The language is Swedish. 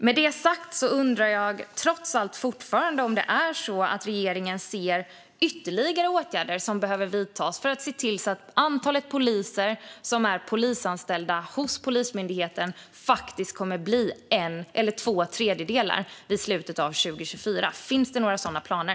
Med detta sagt undrar jag trots allt fortfarande om regeringen ser ytterligare åtgärder som behöver vidtas för att se till att andelen poliser av de anställda hos Polismyndigheten faktiskt blir två tredjedelar vid slutet av 2024. Finns det några sådana planer?